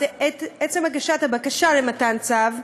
את עצם הגשת הבקשה למתן צו,